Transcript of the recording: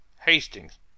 Hastings